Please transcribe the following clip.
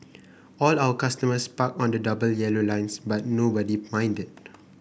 all our customers parked on the double yellow lines but nobody minded